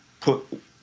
put